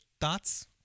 Thoughts